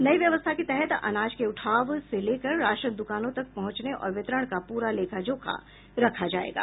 नयी व्यवस्था के तहत अनाज के उठाव से लेकर राशन द्वकानों तक पहुंचने और वितरण का पूरा लेखा जोखा रखा जायेगा